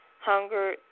Hunger